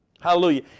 Hallelujah